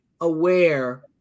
aware